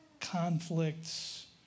conflicts